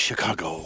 Chicago